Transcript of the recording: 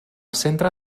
centre